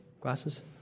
Glasses